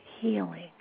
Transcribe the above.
healing